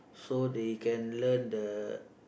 so they can learn the